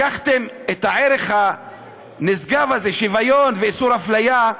לקחתם את הערך הנשגב הזה, שוויון ואיסור אפליה,